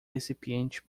recipiente